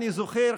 אני זוכר,